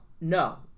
no